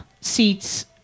seats